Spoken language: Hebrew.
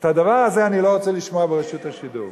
את זה אני לא רוצה לשמוע ברשות השידור.